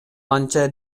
анча